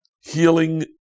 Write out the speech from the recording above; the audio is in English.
healing